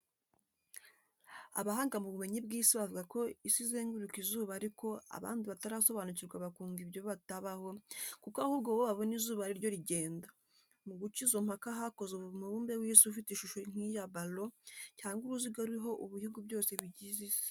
Abahanga mu bumenyi bw'isi bavuga ko isi izenguruka izuba ariko abandi batarasobanukirwa bakumva ibyo bitabaho kuko ahubwo bo babona izuba ari ryo rigenda. Mu guca izo mpaka hakozwe umubumbe w'isi ufite ishusho nk'iya baro cyangwa uruziga uriho ibihugu byose bigize isi.